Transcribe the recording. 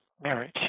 marriage